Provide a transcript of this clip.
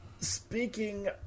speaking